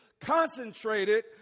concentrated